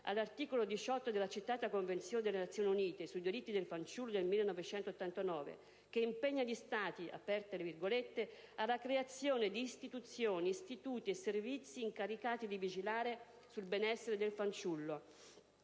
all'articolo 18 della citata Convenzione delle Nazioni Unite sui diritti del fanciullo del 1989, che impegna gli Stati «alla creazione di istituzioni, istituti e servizi incaricati di vigilare sul benessere del fanciullo»,